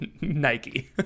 Nike